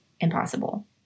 impossible